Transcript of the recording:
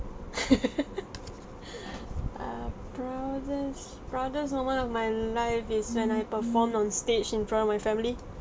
err proudest proudest moment of my life is when I performed on stage in front of my family